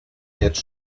jetzt